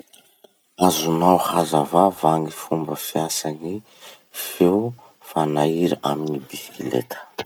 Azonao hazavà va gny fomba fiasan'ny feo fanaira amy gny bisikileta?